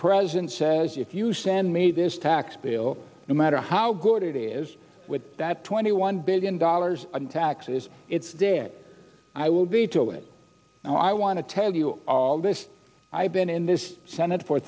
president says if you send me this tax bill no matter how good it is with that twenty one billion dollars in taxes it's dead i will veto it now i want to tell you all this i've been in this senate for